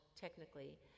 technically